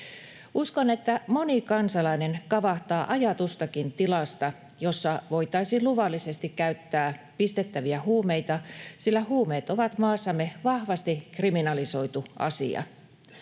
Uskon, että moni kansalainen kavahtaa ajatustakin tilasta, jossa voitaisiin luvallisesti käyttää pistettäviä huumeita, sillä huumeet ovat maassamme vahvasti kriminalisoitu asia.